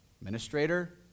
Administrator